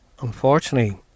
unfortunately